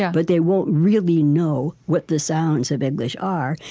yeah but they won't really know what the sounds of english are.